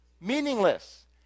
Meaningless